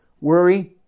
Worry